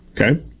Okay